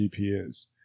gpus